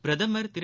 பிரதமர் திரு